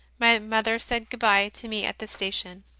my mother said good-bye to me at the station.